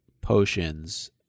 potions